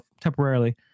temporarily